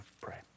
pray